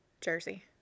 Jersey